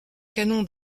canon